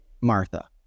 Martha